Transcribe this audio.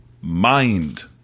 mind